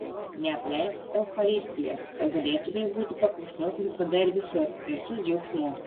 neapleisk eucharistijos kad galėtumei būti paklusnus visada ir visur ir su džiaugsmu